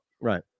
Right